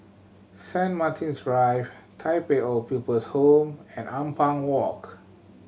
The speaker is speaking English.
Saint Martin's Drive Tai Pei Old People's Home and Ampang Walk